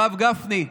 הרב גפני,